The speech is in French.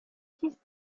six